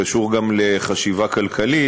זה קשור גם לחשיבה כלכלית,